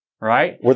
Right